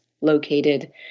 located